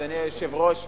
אדוני היושב-ראש,